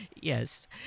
Yes